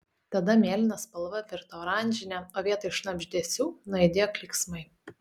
tada mėlyna spalva virto oranžine o vietoj šnabždesių nuaidėjo klyksmai